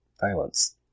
violence